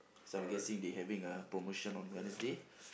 so I'm guessing they having a promotion on Wednesday